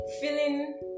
feeling